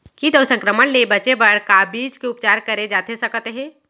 किट अऊ संक्रमण ले बचे बर का बीज के उपचार करे जाथे सकत हे?